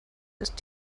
ist